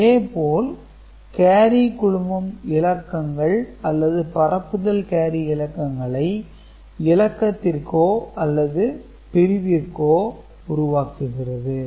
இதேபோல் கேரி குழுமம் இலக்கங்கள் அல்லது பரப்புதல் கேரி இலக்கங்களை இலக்கத்திற்கோ அல்லது பிரிவிற்கோ உருவாக்குகிறது